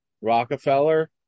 Rockefeller